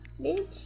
bitch